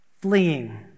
fleeing